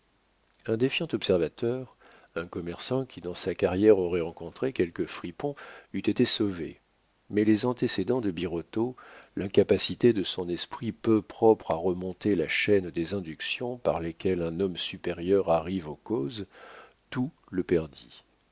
un défiant observateur un commerçant qui dans sa carrière aurait rencontré quelques fripons eût été sauvé mais les antécédents de birotteau l'incapacité de son esprit peu propre à remonter la chaîne des inductions par lesquelles un homme supérieur arrive aux causes tout le perdit